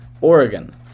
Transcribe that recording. Oregon